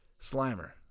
Slimer